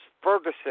Ferguson